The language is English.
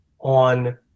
on